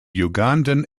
ugandan